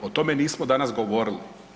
O tome nismo danas govorili.